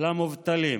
למובטלים